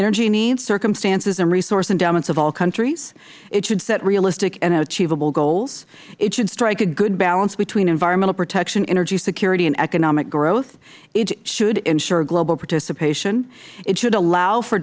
energy needs circumstances and resource endowments of all countries it should set realistic and achievable it should strike a good balance between environmental protection energy security and economic growth it should ensure global participation it should allow for